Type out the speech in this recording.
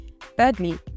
Thirdly